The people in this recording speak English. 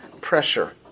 pressure